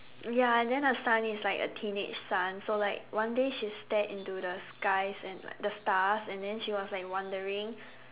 ya and then the son is like a teenage son so like one day she stared into the skies and the stars and then she was like wondering